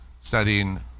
studying